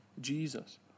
Jesus